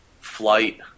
Flight